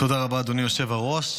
תודה רבה, אדוני היושב-ראש.